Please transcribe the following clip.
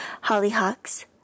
Hollyhocks